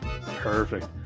Perfect